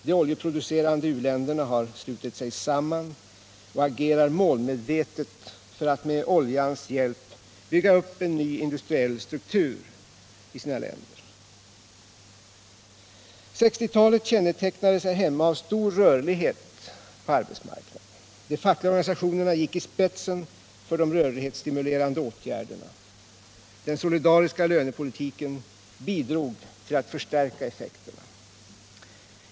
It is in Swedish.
De oljeproducerande u-länderna har slutit sig samman och agerar målmedvetet för att med oljans hjälp bygga upp en ny industriell struktur i många länder. 1960-talet kännetecknades här hemma av stor rörlighet på arbetsmarknaden. De fackliga organisationerna gick i spetsen för de rörlighetsstimulerande åtgärderna. Den solidariska lönepolitiken bidrog till att förstärka effekterna.